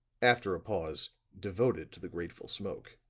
after a pause, devoted to the grateful smoke,